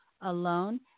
alone